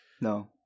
no